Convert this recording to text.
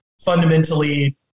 fundamentally